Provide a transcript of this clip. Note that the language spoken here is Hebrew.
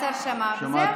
השר שמע, וזהו.